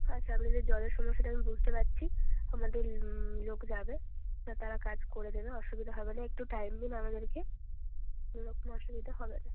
আচ্ছা আপনাদের জলের সমস্যাটা আমি বুঝতে পারছি আমাদের লোক যাবে আর তারা কাজ করে দেবে অসুবিধা হবে না একটু টাইম দিন আমাদেরকে কোনো অসুবিধা হবে না